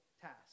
task